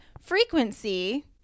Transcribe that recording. frequency